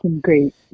great